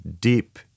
deep